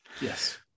Yes